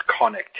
connectivity